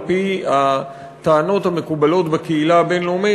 על-פי הטענות המקובלות בקהילה הבין-לאומית,